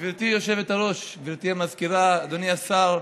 גברתי היושבת-ראש, גברתי המזכירה, אדוני השר,